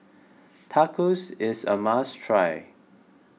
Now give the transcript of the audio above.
tacos is a must try